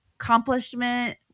accomplishment